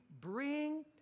bring